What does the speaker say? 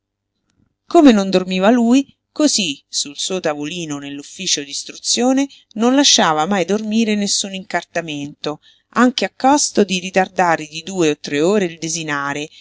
come non dormiva lui cosí sul suo tavolino nell'ufficio d'istruzione non lasciava mai dormire nessun incartamento anche a costo di ritardare di due o tre ore il desinare